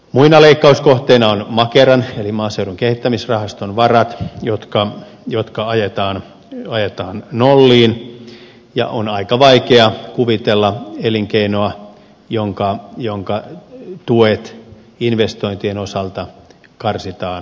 muina leikkauskohteina on makeran eli maaseudun kehittämisrahaston varat jotka ajetaan nolliin ja on aika vaikea kuvitella elinkeinoa jonka tuet investointien osalta karsitaan alas